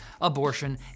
abortion